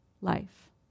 life